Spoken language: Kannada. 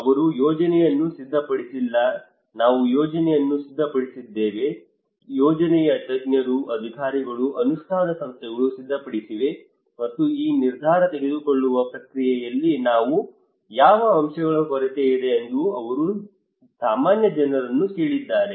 ಅವರು ಯೋಜನೆಯನ್ನು ಸಿದ್ಧಪಡಿಸಿಲ್ಲ ನಾವು ಯೋಜನೆಯನ್ನು ಸಿದ್ಧಪಡಿಸಿದ್ದೇವೆ ಯೋಜನೆಯ ತಜ್ಞರು ಅಧಿಕಾರಿಗಳು ಅನುಷ್ಠಾನ ಸಂಸ್ಥೆಗಳು ಸಿದ್ಧಪಡಿಸಿವೆ ಮತ್ತು ಈ ನಿರ್ಧಾರ ತೆಗೆದುಕೊಳ್ಳುವ ಪ್ರಕ್ರಿಯೆಯಲ್ಲಿ ಯಾವ ಅಂಶಗಳ ಕೊರತೆಯಿದೆ ಎಂದು ಅವರು ಸಾಮಾನ್ಯ ಜನರನ್ನು ಕೇಳಿದ್ದಾರೆ